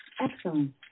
Excellent